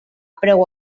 preu